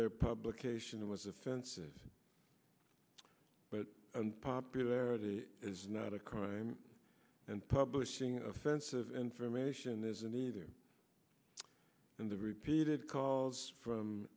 their publication was offensive but popularity is not a crime and publishing offensive information isn't either and the repeated calls from